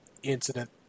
incident